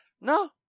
no